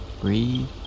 Breathe